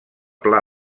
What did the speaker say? pla